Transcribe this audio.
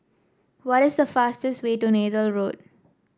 what is the fastest way to Neythal Road